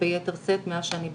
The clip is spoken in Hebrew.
וביתר שאת מאז שאני בכנסת.